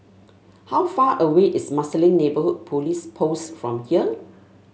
how far away is Marsiling Neighbourhood Police Post from here